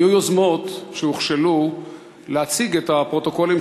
היו יוזמות שהוכשלו להציג את הפרוטוקולים